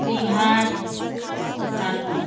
Bihar Jharkhand